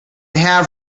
have